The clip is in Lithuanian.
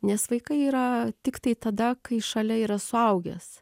nes vaikai yra tiktai tada kai šalia yra suaugęs